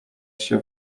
się